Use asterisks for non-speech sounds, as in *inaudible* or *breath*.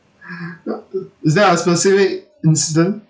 *breath* *noise* is there a specific incident